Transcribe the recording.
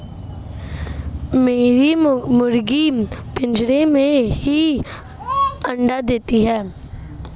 मेरी मुर्गियां पिंजरे में ही अंडा देती हैं